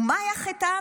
ומה היה חטאם?